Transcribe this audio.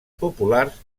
populars